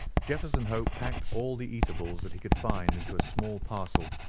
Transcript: jefferson hope packed all the eatables that he could find into a small parcel,